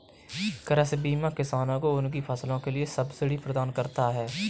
कृषि बीमा किसानों को उनकी फसलों के लिए सब्सिडी प्रदान करता है